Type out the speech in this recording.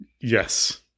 yes